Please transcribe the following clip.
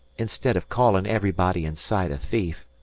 instead of calling everybody in sight a thief.